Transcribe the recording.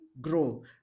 grow